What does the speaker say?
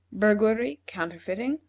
burglary, counterfeiting,